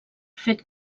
fet